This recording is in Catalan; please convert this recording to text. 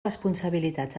responsabilitats